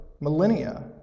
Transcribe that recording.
Millennia